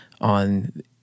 on